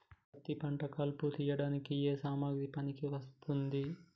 పత్తి పంట కలుపు తీయడానికి ఏ సామాగ్రి పనికి వస్తుంది?